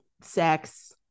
sex